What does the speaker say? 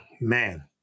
Man